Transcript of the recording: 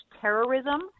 terrorism